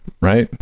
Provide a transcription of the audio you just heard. Right